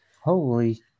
Holy